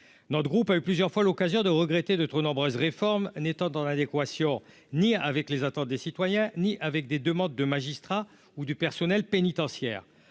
le groupe a eu plusieurs fois l'occasion de regretter de trop nombreuses réformes n'étant dans l'adéquation, ni avec les attentes des citoyens ni avec des demandes de magistrats ou du personnel pénitentiaire,